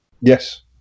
Yes